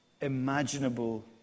imaginable